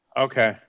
Okay